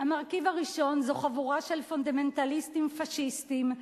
המרכיב הראשון זה חבורה של פונדמנטליסטים פאשיסטים,